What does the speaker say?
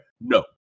no